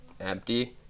empty